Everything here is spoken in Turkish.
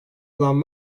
olan